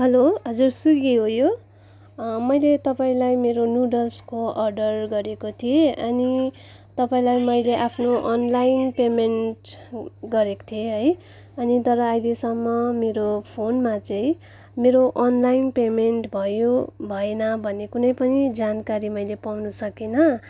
hello हजुर Swiggy हो यो मैले तपाईँलाई मेरो नुडल्सको अर्डर गरेको थिएँ अनि तपाईँलाई मैले आफ्नो अनलाइन पेमेन्ट गरेको थिएँ है अनि तर अहिलेसम्म मेरो फोनमा चाहिँ मेरो अनलाइन पेमेन्ट भयो भएन भन्ने कुनै पनि जानकारी मैले पाउन सकिनँ